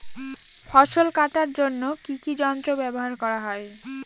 ফসল কাটার জন্য কি কি যন্ত্র ব্যাবহার করা হয়?